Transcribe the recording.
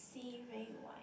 see very wide